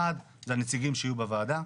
אחד זה הנציגים שיהיו בוועדה.